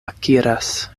akiras